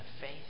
faith